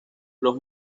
los